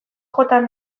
jota